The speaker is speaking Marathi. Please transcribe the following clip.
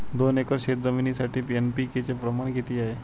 दोन एकर शेतजमिनीसाठी एन.पी.के चे प्रमाण किती आहे?